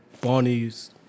Barney's